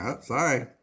Sorry